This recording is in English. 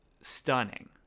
stunning